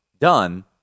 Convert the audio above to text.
done